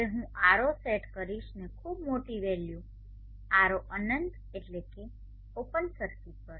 હવે હું R0 set કરીશ ને ખૂબ મોટી વેલ્યુ R0 અનંત એટલે કે ઓપન સર્કિટ પર